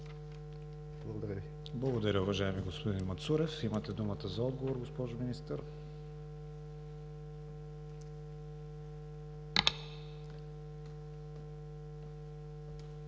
ВИГЕНИН: Благодаря, уважаеми господин Мацурев. Имате думата за отговор, госпожо Министър.